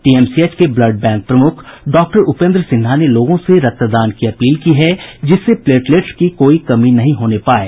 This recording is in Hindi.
पीएमसीएच के ब्लड बैंक प्रमुख डॉक्टर उपेंद्र सिन्हा ने लोगों से रक्तदान की अपील की है जिससे प्लेटलेट्स की कोई कमी नहीं होने पाये